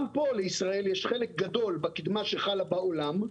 גם פה לישראל יש חלק גדול בקדמה שחלה בעולם,